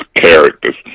characters